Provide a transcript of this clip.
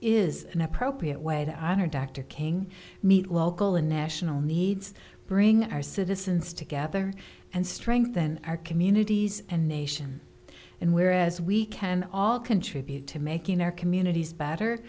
is an appropriate way to honor dr king meet local and national needs bring our citizens together and strengthen our communities and nation and where as we can all contribute to making our communities better